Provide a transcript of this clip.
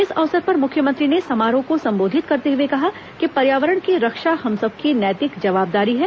इस अवसर पर मुख्यमंत्री ने समारोह को सम्बोधित करते हुए कहा कि पर्यावरण की रक्षा हम सबकी नैतिक जवाबदारी है